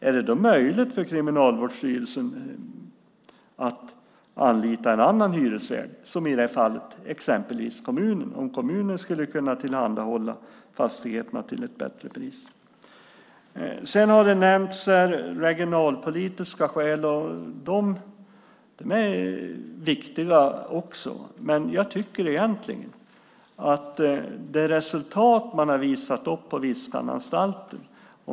Är det då möjligt för Kriminalvårdsstyrelsen att anlita en annan hyresvärd, om exempelvis kommunen i det här fallet skulle kunna tillhandahålla fastigheterna till ett bättre pris? Sedan har det nämnts regionalpolitiska skäl, och de är också viktiga. Man har ju visat bra resultat på Viskananstalten.